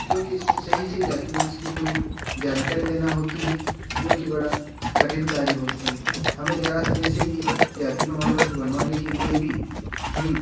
क्योंकि इसमें सही सही डॉक्यूमेंटस की पूरी जानकारी देना होती है जो कि बड़ा कठिन कार्य होता है हमें ज़र सा जैसे कि जाति प्रमाण पत्र बनवाने के लिए भी हमें